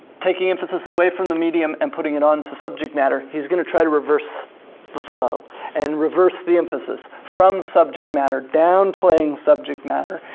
taking emphasis away from the medium and putting it onto subject matter, he's gonna try to reverse the flow and reverse the emphasis from subject matter, downplaying subject matter,